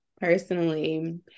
personally